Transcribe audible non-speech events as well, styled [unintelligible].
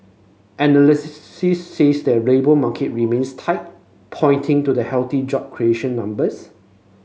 [unintelligible] the labour market remains tight pointing to the healthy job creation numbers